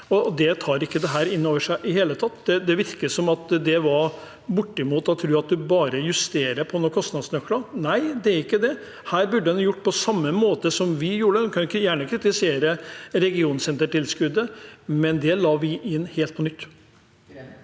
det tar ikke dette innover seg i det hele tatt. Det virker som at en bortimot tror at det bare er å justere på noen kostnadsnøkler. Nei, det er ikke det. Her burde en gjort på samme måte som vi gjorde. En kan gjerne kritisere regionsentertilskuddet, men det la vi inn helt på nytt.